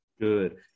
Good